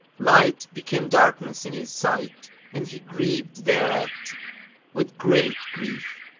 light became darkness in his sight and he grieved thereat with great grief